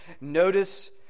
Notice